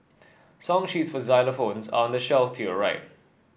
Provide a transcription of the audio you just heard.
song sheets for xylophones are on the shelf to your right